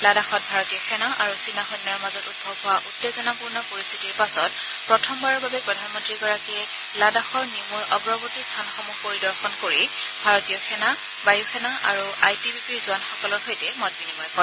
লাডাখত ভাৰতীয় সেনা আৰু চীনা সৈন্যৰ মাজত উদ্ভৱ হোৱা উত্তেজনাপূৰ্ণ পৰিস্থিতিৰ পাছত প্ৰথমবাৰৰ বাবে প্ৰধানমন্ত্ৰীগৰাকীয়ে লাডাখৰ নিমুৰ অগ্ৰৱৰ্তী স্থানসমূহ পৰিদৰ্শন কৰি ভাৰতীয় সেনা বায়ু সেনা আৰু আই টি বি পিৰ জোৱানসকলৰ সৈতে মত বিনিময় কৰে